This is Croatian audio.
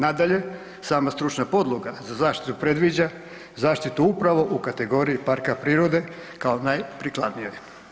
Nadalje, sama stručna podloga za zaštitu predviđa zaštitu upravo u kategoriji parka prirode kao najprikladnijoj.